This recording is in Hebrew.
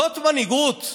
זאת מנהיגות?